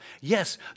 Yes